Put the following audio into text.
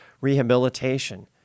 rehabilitation